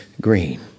green